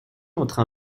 entre